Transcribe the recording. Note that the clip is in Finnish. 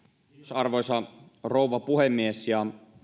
arvoisa rouva puhemies ja